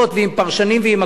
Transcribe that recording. עם פרשנים והכול,